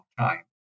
time